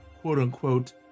quote-unquote